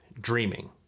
dreaming